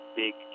big